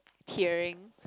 tearing